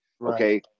okay